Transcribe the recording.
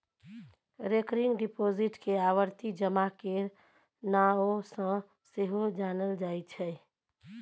recurring deposit केँ आवर्ती जमा केर नाओ सँ सेहो जानल जाइ छै